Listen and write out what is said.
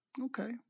Okay